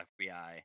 FBI